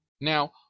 Now